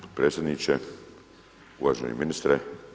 Potpredsjedniče, uvaženi ministre!